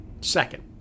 Second